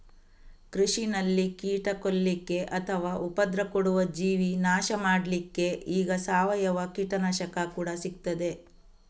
ಕೃಷಿನಲ್ಲಿ ಕೀಟ ಕೊಲ್ಲಿಕ್ಕೆ ಅಥವಾ ಉಪದ್ರ ಕೊಡುವ ಜೀವಿ ನಾಶ ಮಾಡ್ಲಿಕ್ಕೆ ಈಗ ಸಾವಯವ ಕೀಟನಾಶಕ ಕೂಡಾ ಸಿಗ್ತದೆ